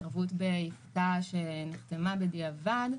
התערבות בעסקה שנחתמה בדיעבד,